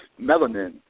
melanin